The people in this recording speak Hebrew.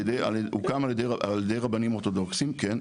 הוקם על ידי רבנים אורתודוקסים, כן.